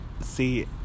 see